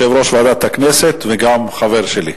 ועדת הכנסת וגם חבר שלי.